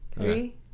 Three